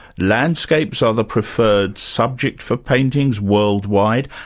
landscapes are the preferred subject for paintings worldwide,